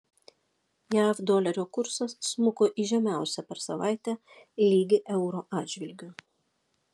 jav dolerio kursas smuko į žemiausią per savaitę lygį euro atžvilgiu